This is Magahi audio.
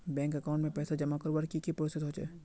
बैंक अकाउंट में पैसा जमा करवार की की प्रोसेस होचे?